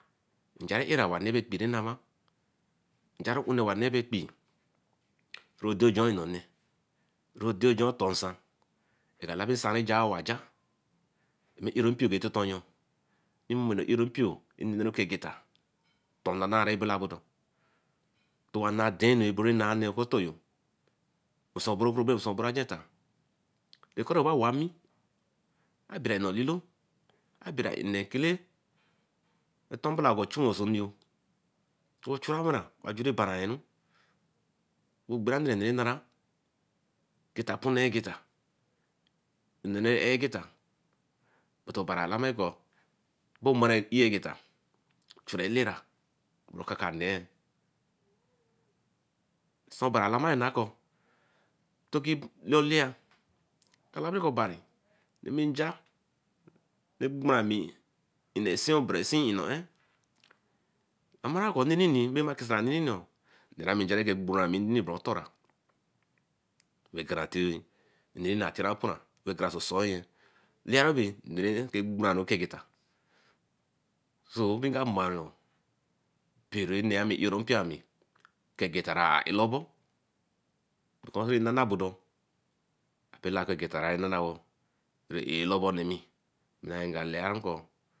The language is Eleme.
Nja bay erah owa nee bey ekpee ray nama, nja bay une owa nee bay ekpee ro doe join nonee jar doe ton nsan eka labi nsan rejar wa jar ararinmpio ah momo arenimpio kee geta tonrana ray bella bodo twa nay dein enu ogbarinnah nee oku-otoryo usekponru oku agenta, okoru obawanmi obere na olilo bera nnee kele tumblelar ra chu we so onuyo ochura wara ajuri bainru ogbinanerune nara geta pun egeta innone eh egeta but obari a labi ber bay mer egeta chuie elera bra okaka neer so obari alamaru kor to ki laeoleya ka labiri ko obari nee me njar rah gban me innoseen egberon-en rama kusan ninini nee me njar ray ke gbo ami boro otora ra ka tin re puran laye bau okpanranwo kekogeta so rein ka marun mpio ray mai me mpio me kegeta rah ah alabor because rein nana bpdp a belle kor egeta rah ananewa ray alobo nemi nah nkalaeru ko